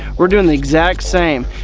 we're doing the exact same.